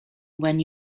when